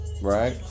Right